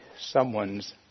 someone's